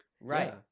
Right